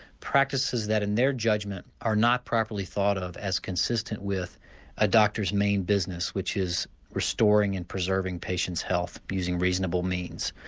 practices that in their judgment are not properly thought of as consistent with a doctor's main business which is restoring and preserving patients' health using reasonable means.